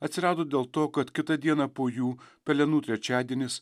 atsirado dėl to kad kitą dieną po jų pelenų trečiadienis